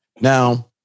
Now